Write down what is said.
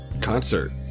concert